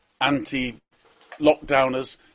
anti-lockdowners